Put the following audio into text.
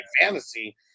fantasy